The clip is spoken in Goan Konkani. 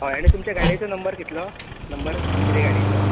हय आनी तुमचे गाडयेचो नंबर कितलो नंबर कितें गाडयेचो